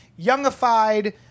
youngified